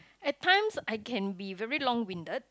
at times I can be very long winded